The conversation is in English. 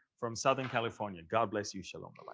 from southern california. god bless you, shalom. like